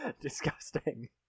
Disgusting